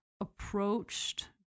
approached